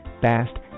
fast